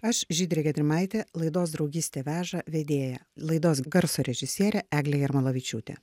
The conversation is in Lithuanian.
aš žydrė gedrimaitė laidos draugystė veža vedėja laidos garso režisierė eglė jarmolavičiūtė